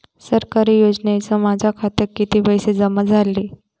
सरकारी योजनेचे माझ्या खात्यात किती पैसे जमा झाले?